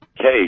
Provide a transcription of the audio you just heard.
case